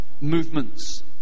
movements